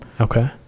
Okay